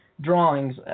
Drawings